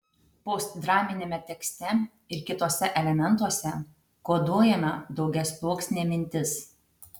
postdraminiame tekste ir kituose elementuose koduojama daugiasluoksnė mintis